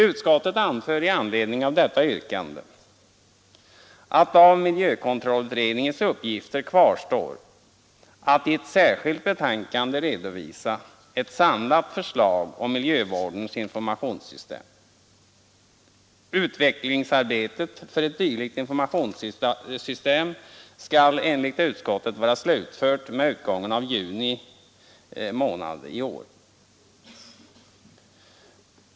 Utskottet anför i anledning av detta yrkande att av miljökontrollutredningens uppgifter kvarstår att i ett särskilt betänkande redovisa ett samlat förslag om miljövårdens informationssystem. Utvecklingsarbetet för ett dylikt informationssystem skall enligt utskottet vara slutfört med utgången av juni månad i år.